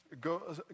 go